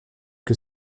que